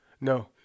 no